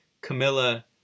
Camilla